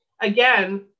again